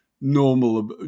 normal